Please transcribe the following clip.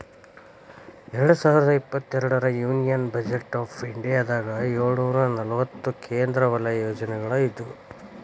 ಎರಡ್ ಸಾವಿರದ ಇಪ್ಪತ್ತೆರಡರ ಯೂನಿಯನ್ ಬಜೆಟ್ ಆಫ್ ಇಂಡಿಯಾದಾಗ ಏಳುನೂರ ನಲವತ್ತ ಕೇಂದ್ರ ವಲಯ ಯೋಜನೆಗಳ ಇದ್ವು